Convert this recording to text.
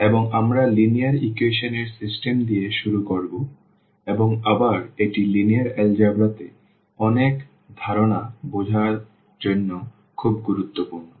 এবং আমরা linear equation এর সিস্টেম দিয়ে শুরু করব এবং আবার এটি লিনিয়ার এলজেব্রাতে অনেক ধারণা বোঝার জন্য খুব গুরুত্বপূর্ণ